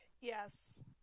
Yes